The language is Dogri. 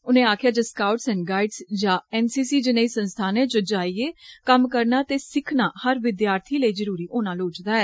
उनें आक्खेआ जे स्काउटस एण्ड गाईडस या एन सी सी जनेई संस्थानें च जाइये कम्म करना ते सिखना हर विद्यार्थी लेई ज़रुरी होना लोड़चदा ऐ